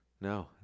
No